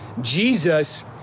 Jesus